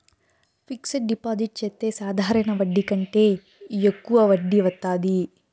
fixed deposit చెత్తే సాధారణ వడ్డీ కంటే యెక్కువ వడ్డీ వత్తాది